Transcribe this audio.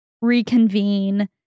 reconvene